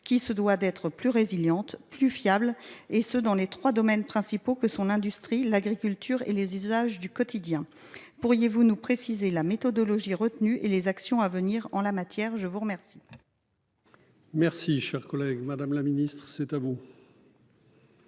se doit d'être plus résiliente, plus fiable, et ce dans les trois domaines principaux que sont l'industrie, l'agriculture et les usages du quotidien. Pourriez-vous nous préciser la méthodologie retenue et les actions à venir en la matière ? La parole est à Mme la secrétaire d'État. Madame la sénatrice Havet,